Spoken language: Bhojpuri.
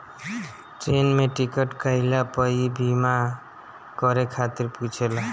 ट्रेन में टिकट कईला पअ इ बीमा करे खातिर पुछेला